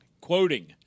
Quoting